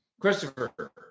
christopher